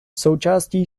součástí